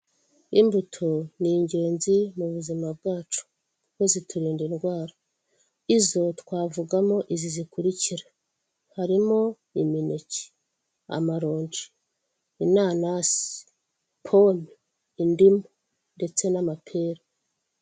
Aba ni abantu babiri b'abadamu ubona ko bishimye cyane bari guseka umwe ari gusuzanya n'undi muntu umubwira ati murakaza neza.